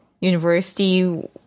university